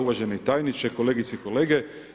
Uvaženi tajniče, kolegice i kolege.